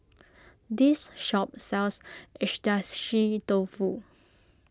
this shop sells Agedashi Dofu